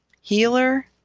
healer